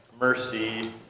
mercy